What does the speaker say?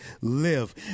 live